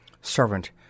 Servant